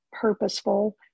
purposeful